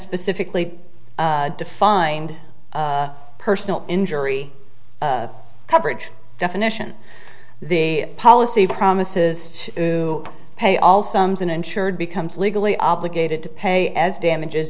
specifically defined personal injury coverage definition the policy promises to pay all sums and insured becomes legally obligated to pay as damages